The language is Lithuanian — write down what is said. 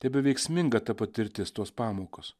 tebeveiksminga ta patirtis tos pamokos